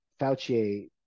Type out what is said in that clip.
Fauci